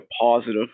positive